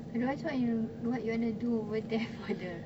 otherwise what you what you want to do over there for the